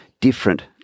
different